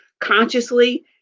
consciously